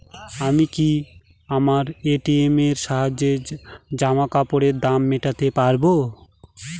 আমি কি আমার এ.টি.এম এর সাহায্যে জামাকাপরের দাম মেটাতে পারব?